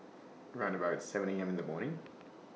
round about seven A M in The morning